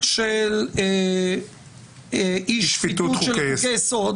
של אי-שפיטות חוקי יסוד,